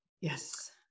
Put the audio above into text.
Yes